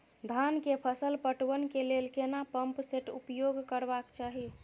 धान के फसल पटवन के लेल केना पंप सेट उपयोग करबाक चाही?